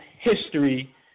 history